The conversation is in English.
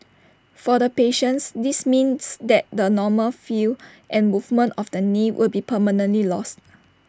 for the patience this means that the normal feel and movement of the knee will be permanently lost